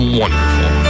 wonderful